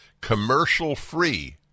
commercial-free